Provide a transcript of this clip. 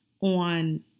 on